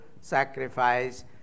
sacrifice